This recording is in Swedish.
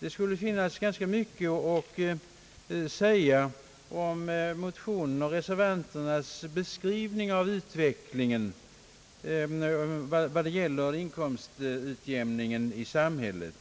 Det skulle finnas ganska mycket att säga om motionärernas och reservanternas beskrivning av utvecklingen i fråga om inkomstutjämningen i samhället,